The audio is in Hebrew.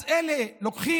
אז את אלה לוקחים